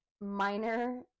minor